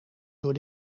door